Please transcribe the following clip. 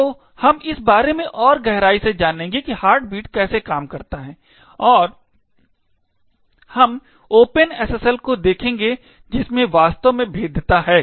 तो हम इस बारे में और गहराई से जानेगे कि हार्टबीट कैसे काम करते हैं और हम ओपन SSL कोड को देखेंगे जिसमें वास्तव में भेद्यता है